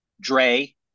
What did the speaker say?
Dre